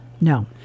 No